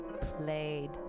played